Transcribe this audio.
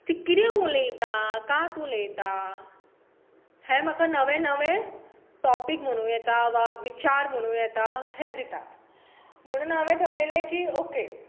ती किदे उलयतां कात उलयतां हें म्हाका नवें नवें टॉपिक म्हणू येता वा विचार म्हणू येता हे दिता म्हणून हांवें थारायले कि ओके